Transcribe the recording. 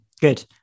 good